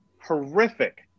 horrific